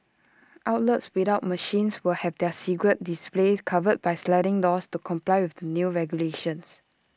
outlets without machines will have their cigarette displays covered by sliding doors to comply with the new regulations